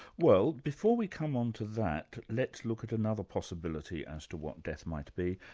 well before we come on to that, let's look at another possibility as to what death might be,